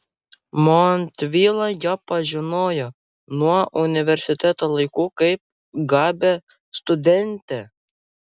montvila ją pažinojo nuo universiteto laikų kaip gabią studentę